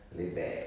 laid back